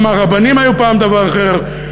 גם הרבנים היו פעם דבר אחר,